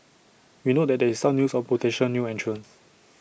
we note that there is some news on potential new entrants